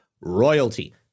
royalty